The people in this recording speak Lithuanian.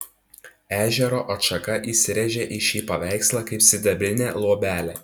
ežero atšaka įsirėžė į šį paveikslą kaip sidabrinė luobelė